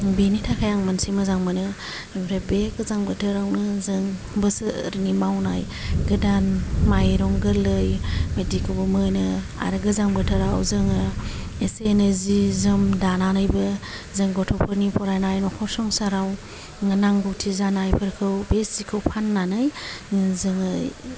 बेनि थाखाय आं मोनसे मोजां मोनो ओमफ्राय बे गोजां बोथोरावनो जों बोसोरनि मावनाय गोदान माइरं गोरलै बिदिखौबो मोनो आरो गोजां बोथोराव जोङो एसे एनै जि जोम दानानैबो जों गथ'फोरनि फरायनाय न'खर संसाराव नांगौथि जानायफोरखौ बे जिखौ फाननानै जोङो